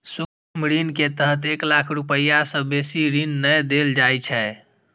सूक्ष्म ऋण के तहत एक लाख रुपैया सं बेसी ऋण नै देल जाइ छै